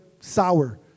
sour